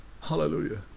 hallelujah